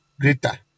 greater